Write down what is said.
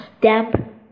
damp